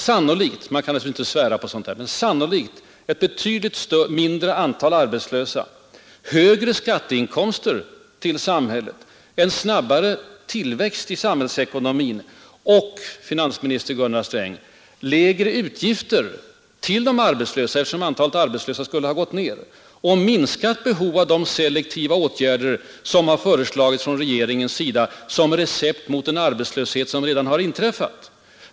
Sannolikt — man kan naturligtvis inte svära på sådant — ett betydligt mindre antal arbetslösa, högre skatteinkomster till samhället, en snabbare tillväxt i samhällsekonomin och, finansminister Gunnar Sträng, lägre utgifter för de arbetslösa, eftersom antalet arbetslösa skulle ha gått ned, samt minskat behov av de selektiva åtgärder som föreslogs från regeringens sida som recept mot den arbetslöshet som redan inträffat.